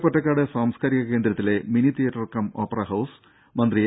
പൊറ്റക്കാട് സാംസ്കാരിക കേന്ദ്രത്തിലെ mini theatre cum opera house മന്ത്രി എ